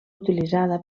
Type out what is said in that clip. utilitzada